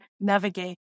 navigate